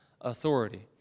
authority